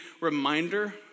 reminder